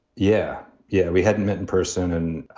yeah, yeah. we hadn't met in person. and